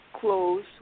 close